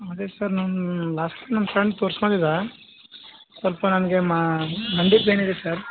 ಅದೇ ಸರ್ ನಮ್ಮ last time ನಮ್ಮ ಫ್ರೆಂಡ್ ತೋರ್ಸ್ಕೊಂಡಿದ್ದ ಸ್ವಲ್ಪ ನನಗೆ ಮಂಡಿ ಪೇಯ್ನ್ ಇದೆ ಸರ್